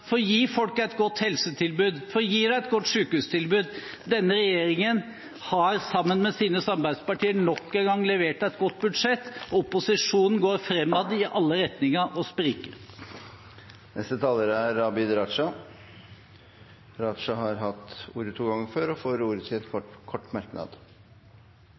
for å gi folk et godt helsetilbud og for å gi dem et godt sykehustilbud. Denne regjeringen har sammen med sine samarbeidspartier nok en gang levert et godt budsjett. Opposisjonen går fremad i alle retninger og spriker. Representanten Abid Q. Raja har hatt ordet to ganger tidligere og får ordet til en kort merknad,